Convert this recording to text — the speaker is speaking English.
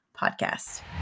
Podcast